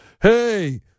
hey